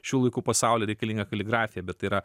šių laikų pasauly reikalinga kaligrafija bet tai yra